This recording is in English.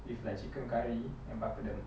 with like chicken curry and papadum